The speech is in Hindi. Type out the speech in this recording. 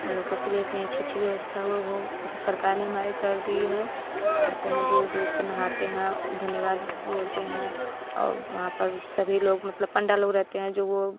उन लोगों के लिए इतनी अच्छी अच्छी व्यवस्था वह वह सरकार ने हमारे कर दी हैं आते हैं दूर दूर से नहाते हैं धन्यवाद बोलते है और वहाँ पर सभी लोग मतलब पंडा लोग भी रहते हैं जो वह